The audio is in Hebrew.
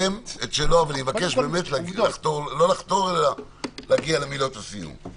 אני מבקש להגיע למילות הסיום.